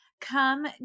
come